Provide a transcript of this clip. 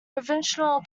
provincial